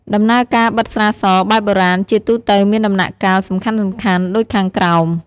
ដំណើរការបិតស្រាស បែបបុរាណ ជាទូទៅមានដំណាក់កាលសំខាន់ៗដូចខាងក្រោម។